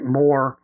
more